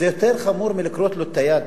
זה יותר חמור מלכרות לו את היד.